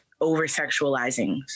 over-sexualizing